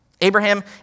Abraham